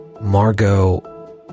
Margot